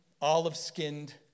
olive-skinned